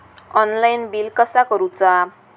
Online bill कसा करुचा?